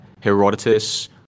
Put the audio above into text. Herodotus